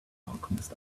alchemist